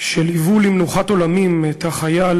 שליוו למנוחת עולמים את החייל,